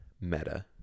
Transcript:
meta